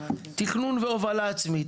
תכנון והובלה עצמית.